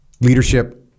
Leadership